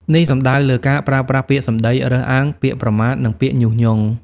នេះសំដៅលើការប្រើប្រាស់ពាក្យសំដីរើសអើង ពាក្យប្រមាថ និងពាក្យញុះញង់។